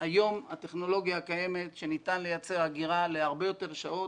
היום עם הטכנולוגיה הקיימת ניתן לייצר אגירה להרבה יותר שעות